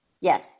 Yes